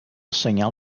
senyal